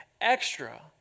extra